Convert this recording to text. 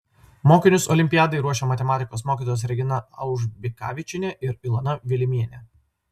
mokinius olimpiadai ruošė matematikos mokytojos regina aužbikavičienė ir ilona vilimienė